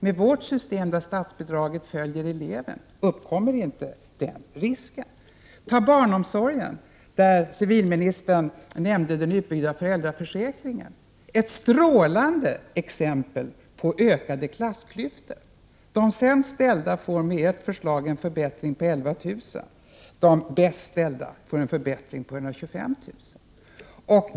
Med vårt system, där statsbidraget följer eleven, uppkommer inte den risken. Ta barnomsorgen, där civilministern nämnde den utbyggda föräldraförsäkringen. Den är ett strålande exempel på ökade klassklyftor. De sämst ställda får enligt ert förslag en förbättring på 11 000 kr., de bäst ställda får en förbättring på 125 000 kr.